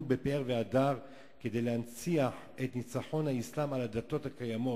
בפאר והדר כדי להנציח את ניצחון האסלאם על הדתות הקיימות,